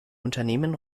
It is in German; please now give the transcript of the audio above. unternehmen